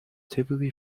typically